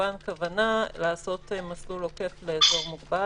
כמובן כוונה לעשות מסלול עוקף לאזור מוגבל,